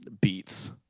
beats